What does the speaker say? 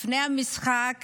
לפני המשחק